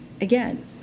again